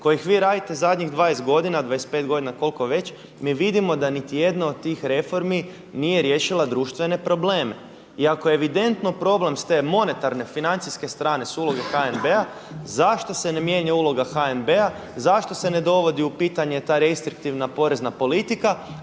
koje vi radite zadnjih 20 godina, 25 godina koliko već, mi vidimo da niti jedna od tih reformi nije riješila društvene probleme. I ako je evidentno problem s te monetarne financijske strane s uloge HNB-a zašto se ne mijenja uloga HNB-a, zašto se ne dovodi u pitanje ta restriktivna porezna politika